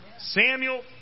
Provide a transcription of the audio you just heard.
Samuel